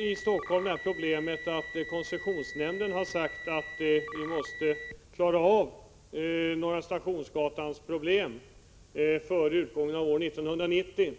I Helsingfors har vi blivit ålagda av koncessionsnämnden att klara av problemen på Norra Stationsgatan före utgången av år 1990.